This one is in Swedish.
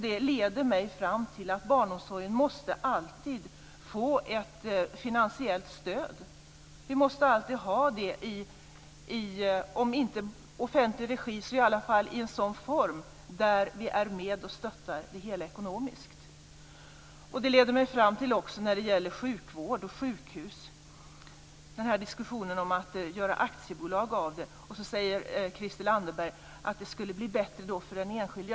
Det leder mig fram till att barnomsorgen - även om den inte är offentlig - alltid måste få ett finansiellt stöd i en sådan form att vi är med och stöttar det hela ekonomiskt. Det leder mig också fram till diskussionen om att göra aktiebolag av sjukhus. Christel Anderberg säger att det skulle bli bättre för den enskilde.